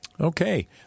Okay